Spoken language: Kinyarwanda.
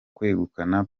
kwegukana